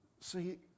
See